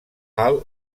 hall